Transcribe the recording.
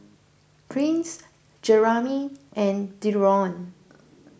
Prince Jeramy and Dereon